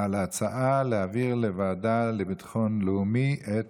על ההצעה של חבר הכנסת קלנר להעביר לוועדה לביטחון לאומי את